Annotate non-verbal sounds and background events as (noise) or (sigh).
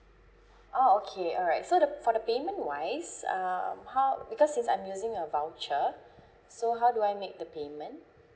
oh okay alright so the for the payment wise um how because since I'm using a voucher (breath) so how do I make the payment